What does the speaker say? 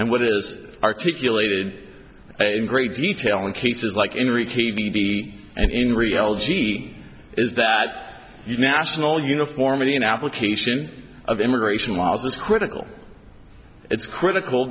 and what is articulated in great detail in cases like enrique v and in real g is that your national uniformity in application of immigration laws is critical it's critical